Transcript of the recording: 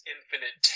Infinite